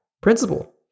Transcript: principle